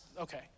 okay